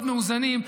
מאוד מאוזנים.